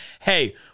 hey